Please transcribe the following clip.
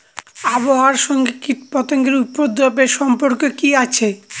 আবহাওয়ার সঙ্গে কীটপতঙ্গের উপদ্রব এর সম্পর্ক কি আছে?